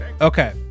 Okay